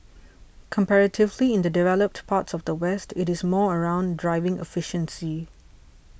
comparatively in the developed parts of the West it's more around driving efficiency